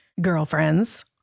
girlfriends